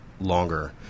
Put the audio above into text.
longer